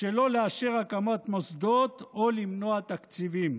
שלא לאשר הקמת מוסדות או למנוע תקציבים.